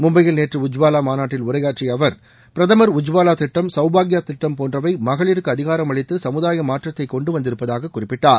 மும்பையில் நேற்று உஜ்வாலா மாநாட்டில் உரையாற்றிய அவர் பிரதமர் உஜ்வாலா திட்டம் சல்பாக்யா திட்டம் போன்றவை மகளிருக்கு அதிகாரம் அளித்து சமூதாய மாற்றத்தை கொண்டு வந்திருப்பதாக குறிப்பிட்டார்